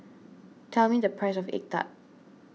tell me the price of Egg Tart